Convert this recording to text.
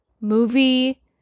movie